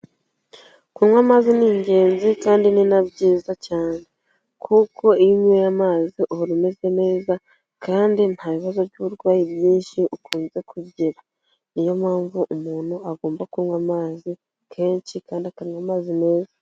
Kunywa amazi ni ingenzi kandi ni na byiza cyane kuko iyo unyweye amazi uhora umeze neza kandi ntabibazo by'uburwayi bwinshi ukunze kugira, niyo mpamvu umuntu agomba kunywa amazi kenshi kandi akanywa amazi meza.